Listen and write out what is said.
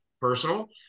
personal